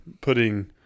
putting